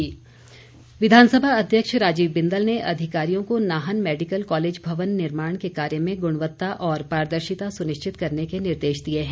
बिंदल विधानसभा अध्यक्ष राजीव बिंदल ने अधिकारियों को नाहन मैडिकल कॉलेज भवन निर्माण के कार्य में गुणवत्ता और पारदर्शिता सुनिश्चित करने के निर्देश दिए हैं